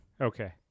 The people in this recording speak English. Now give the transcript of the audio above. Okay